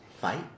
fight